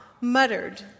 muttered